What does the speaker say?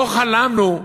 לא חלמנו,